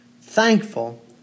thankful